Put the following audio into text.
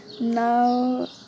Now